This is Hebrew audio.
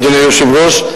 אדוני היושב-ראש,